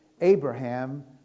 Abraham